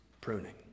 pruning